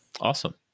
awesome